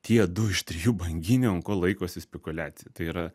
tie du iš trijų banginių ant ko laikosi spekuliacija tai yra